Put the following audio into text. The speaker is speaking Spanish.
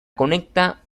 conecta